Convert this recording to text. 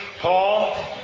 Paul